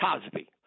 Cosby